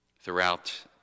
throughout